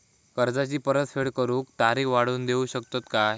कर्जाची परत फेड करूक तारीख वाढवून देऊ शकतत काय?